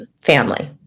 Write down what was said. family